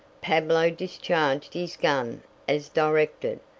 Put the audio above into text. pablo discharged his gun as directed,